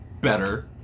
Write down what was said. better